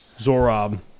Zorob